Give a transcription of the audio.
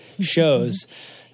shows